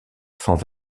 sans